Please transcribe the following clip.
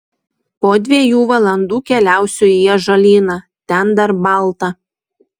po dviejų valandų keliausiu į ąžuolyną ten dar balta